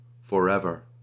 forever